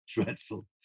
dreadful